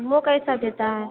वह कैसा देता है